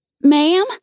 Ma'am